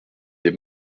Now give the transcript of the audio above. des